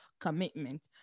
commitment